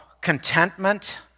contentment